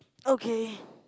okay